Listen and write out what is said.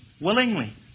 willingly